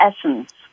essence